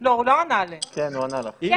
הוא ענה שכן.